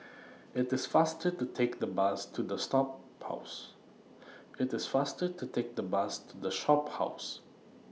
IT IS faster to Take The Bus to The Shophouse